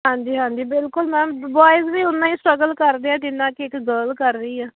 ਹਾਂਜੀ ਹਾਂਜੀ ਬਿਲਕੁਲ ਮੈਮ ਬੋਇਜ ਵੀ ਉਨਾ ਹੀ ਸਟਰਗਲ ਕਰਦੇ ਆ ਜਿੰਨਾ ਕਿ ਇੱਕ ਗਰਲ ਕਰ ਰਹੀ ਆ